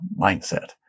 mindset